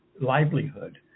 livelihood